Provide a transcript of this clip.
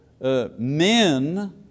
men